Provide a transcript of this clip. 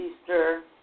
Easter